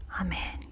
Amen